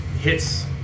hits